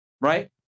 right